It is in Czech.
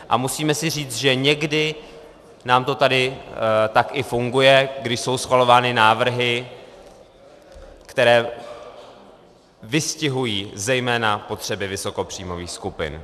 A musíme si říci, že někdy nám to tady tak i funguje, když jsou schvalovány návrhy, které vystihují zejména potřeby vysokopříjmových skupin.